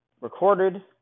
recorded